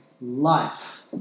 life